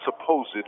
supposed